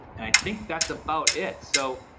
and i think that's about it. so,